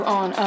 on